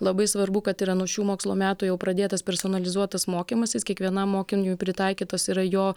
labai svarbu kad yra nuo šių mokslo metų jau pradėtas personalizuotas mokymasis kiekvienam mokiniui pritaikytos yra jo